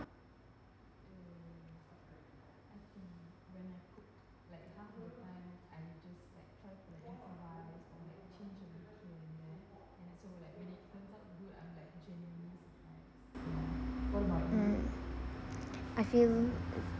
mm I feel